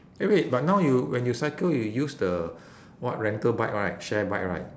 eh wait but now you when you cycle you use the what rental bike right share bike right